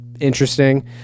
interesting